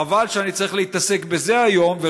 חבל שאני צריך להתעסק בזה היום,